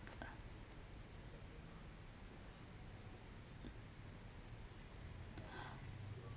ah